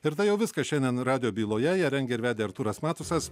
ir tai jau viskas šiandien radijo byloje ją rengė ir vedė artūras matusas